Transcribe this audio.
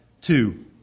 Two